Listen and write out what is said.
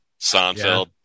Seinfeld